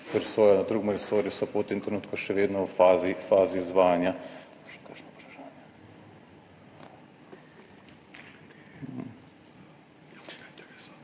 presoja na drugem resorju, so pa v tem trenutku še vedno v fazi izvajanja.